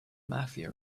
mafia